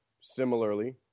similarly –